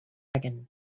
and